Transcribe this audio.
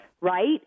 right